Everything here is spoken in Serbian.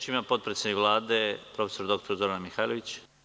Reč ima potpredsednik Vlade prof. dr Zorana Mihajlović.